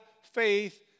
faith